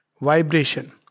vibration